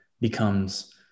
becomes